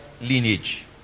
lineage